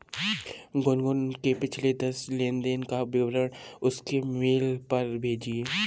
गुनगुन के पिछले दस लेनदेन का विवरण उसके मेल पर भेजिये